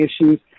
issues